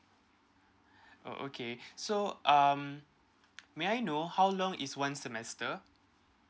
oh okay so um may I know how long is one semester